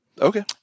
Okay